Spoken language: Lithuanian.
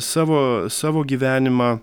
savo savo gyvenimą